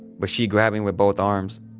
but she grabbed me with both arms.